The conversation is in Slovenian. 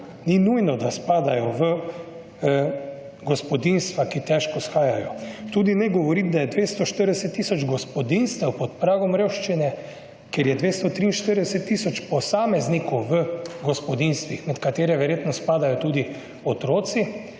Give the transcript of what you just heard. Ni nujno, da spadajo v gospodinjstva, ki težko shajajo. Tudi ne govoriti, da je 240 tisoč gospodinjstev pod pragom revščine, ker je 243 tisoč posameznikov gospodinjstvih, med katere verjetno spadajo tudi otroci.